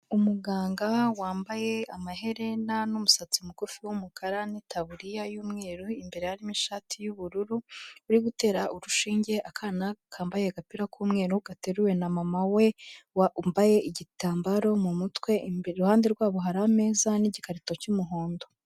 Umuganga wambaye amaherena n'umusatsi mugufi w'umukara n'itaburiya y'umweru imbere harimo ishati y'ubururu, urigutera urushinge akana kambaye agapira k'umweru gateruwe na mama we wambaye igitambaro mu mutwe. Iruhande rwabo hari ameza n'igikarito cy'umuhondo.